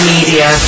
Media